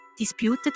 Disputed